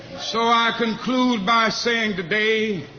so, i conclude by saying today